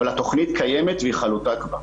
אבל התוכנית קיימת והיא חלוטה כבר.